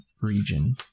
region